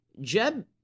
Jeb